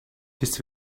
this